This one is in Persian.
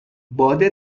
باد